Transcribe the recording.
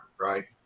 right